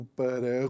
para